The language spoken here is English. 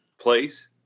place